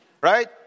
right